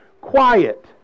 quiet